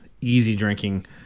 easy-drinking